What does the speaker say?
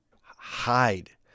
hide